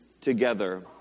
together